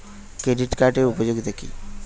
Credit কার্ডের উপযোগিতা কি?